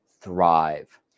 Thrive